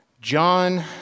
John